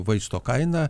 vaisto kainą